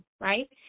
right